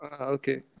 Okay